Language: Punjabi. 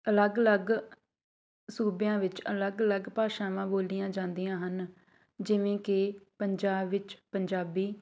ਅਲੱਗ ਅਲੱਗ ਸੂਬਿਆਂ ਵਿੱਚ ਅਲੱਗ ਅਲੱਗ ਭਾਸ਼ਾਵਾਂ ਬੋਲੀਆਂ ਜਾਂਦੀਆਂ ਹਨ ਜਿਵੇਂ ਕਿ ਪੰਜਾਬ ਵਿੱਚ ਪੰਜਾਬੀ